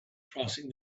crossing